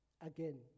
again